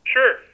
Sure